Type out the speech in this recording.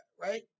Right